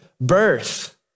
birth